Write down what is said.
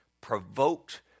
provoked